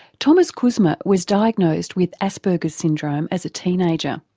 thomas kuzma was diagnosed with asperger's syndrome as a teenager.